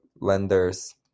lenders